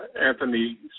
Anthony